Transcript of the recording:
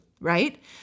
right